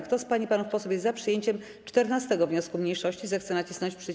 Kto z pań i panów posłów jest za przyjęciem 14. wniosku mniejszości, zechce nacisnąć przycisk.